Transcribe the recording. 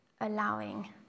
allowing